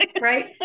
Right